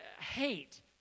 hate